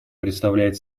представляет